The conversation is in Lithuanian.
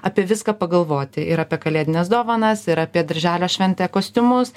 apie viską pagalvoti ir apie kalėdines dovanas ir apie darželio šventę kostiumus